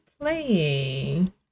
playing